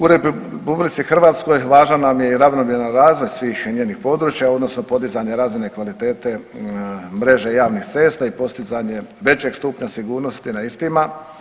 U RH važan nam je i ravnomjeran razvoj svih njenih područja odnosno podizanje razine kvalitete mreže javnih cesta i postizanje većeg stupnja sigurnosti na istima.